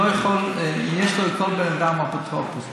לכל בן אדם יש אפוטרופוס.